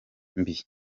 mbi